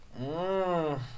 Mmm